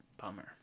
bummer